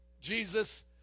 Jesus